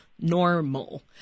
normal